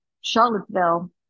Charlottesville